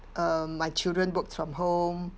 um my children works from home